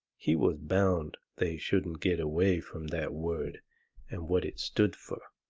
he was bound they shouldn't get away from that word and what it stood fur.